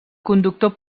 conductor